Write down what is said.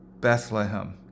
Bethlehem